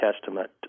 Testament